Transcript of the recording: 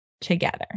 together